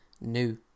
new